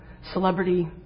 celebrity